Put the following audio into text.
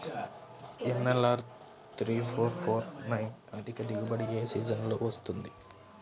NLR three four four four nine అధిక దిగుబడి ఏ సీజన్లలో వస్తుంది?